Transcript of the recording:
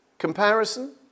Comparison